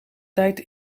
tijd